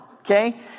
okay